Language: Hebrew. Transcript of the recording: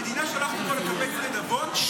המדינה שולחת אותו לקבץ נדבות?